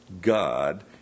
God